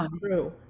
true